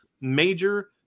major